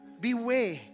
Beware